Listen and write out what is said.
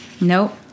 nope